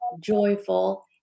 joyful